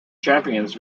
champions